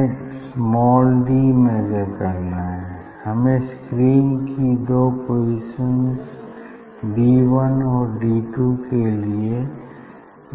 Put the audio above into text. हमें small D measure करना है हमें स्क्रीन की दो पोसिशन्स डी वन और डी टू के लिए